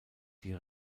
die